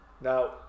Now